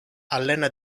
allena